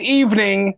evening